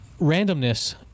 Randomness